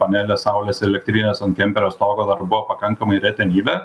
panelės saulės elektrinės ant kemperio stogo dar buvo pakankamai retenybė